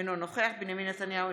אינו נוכח בנימין נתניהו,